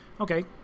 Okay